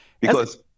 Because-